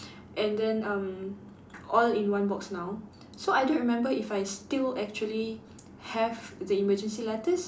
and then um all in one box now so I don't remember if I still actually have the emergency letters